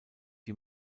die